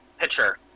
pitcher